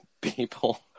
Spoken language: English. people